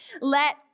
Let